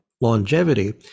longevity